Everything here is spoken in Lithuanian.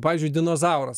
pavyzdžiui dinozauras